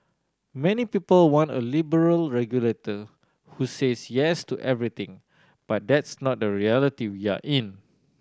many people want a liberal regulator who says Yes to everything but that's not the reality we are in